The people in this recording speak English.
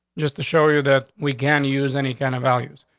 just to show you that we can use any kind of values.